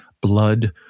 blood